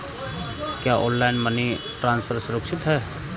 क्या online money transfer सुरक्षित है?